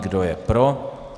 Kdo je pro.